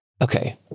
Okay